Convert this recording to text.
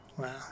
Wow